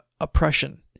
oppression